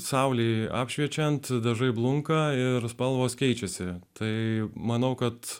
saulei apšviečiant dažai blunka ir spalvos keičiasi tai manau kad